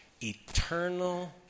eternal